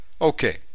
Okay